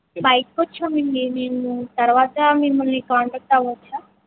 బయటికి వచ్చామండి మేము తర్వాత మిమ్మల్ని కాంటాక్ట్ అవ్వవచ్చా